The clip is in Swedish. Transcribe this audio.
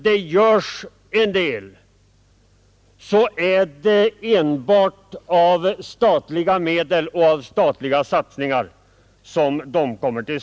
Det görs en del, men det är enbart fråga om statliga satsningar och insatser till stor del finansierade med statliga medel.